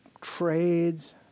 trades